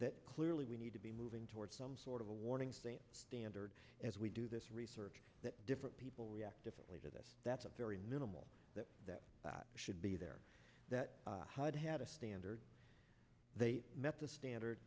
that clearly we need to be moving towards some sort of a warning same standard as we do this research that different people react differently to this that's a very minimal that that should be there that hard had a standard they met the standard